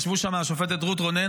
וישבו שם השופטת רות רונן,